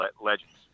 legends